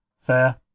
Fair